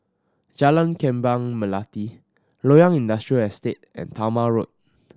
Jalan Kembang Melati Loyang Industrial Estate and Talma Road